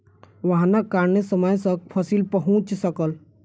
वाहनक कारणेँ समय सॅ फसिल पहुँच सकल